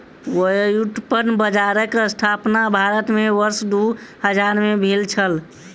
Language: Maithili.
व्युत्पन्न बजारक स्थापना भारत में वर्ष दू हजार में भेल छलै